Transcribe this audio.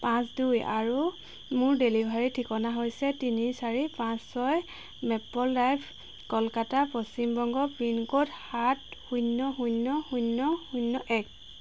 পাঁচ দুই আৰু মোৰ ডেলিভাৰী ঠিকনা হৈছে তিনি চাৰি পাঁচ ছয় maple drive Kolkata Paschim Banga pin code সাত শূন্য শূন্য শূন্য শূন্য এক